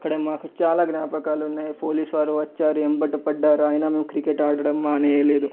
అక్కడే నాకు చాలా జ్ఞాపకాలు ఉన్నాయి పోలీస్ వాళ్ళు వచ్చారు వెంట పడ్డారు అయినా మేము క్రికెట్ ఆడడం మానేయలేదు